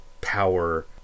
power